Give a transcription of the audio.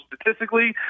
statistically